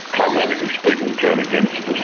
climatically speaking, turn against us.